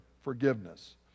forgiveness